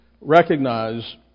Recognize